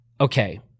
Okay